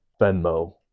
Venmo